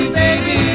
baby